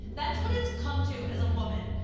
that's what it's come to, as a woman,